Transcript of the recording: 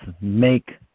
make